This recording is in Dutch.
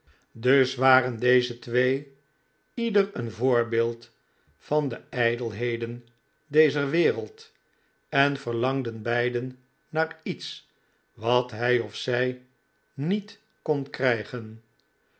dus waren deze twee ieder een voorbeeld van de ijdelheden dezer wereld en verlangden beiden naar lets wat hij of zij niet kon krijgen